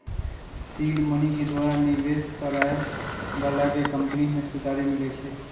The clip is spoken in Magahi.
सीड मनी के द्वारा निवेश करए बलाके कंपनी में हिस्सेदारी मिलइ छइ